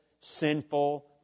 sinful